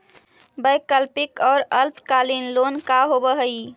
वैकल्पिक और अल्पकालिक लोन का होव हइ?